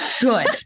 Good